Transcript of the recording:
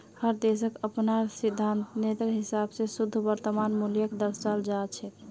हर देशक अपनार सिद्धान्तेर हिसाब स शुद्ध वर्तमान मूल्यक दर्शाल जा छेक